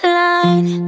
line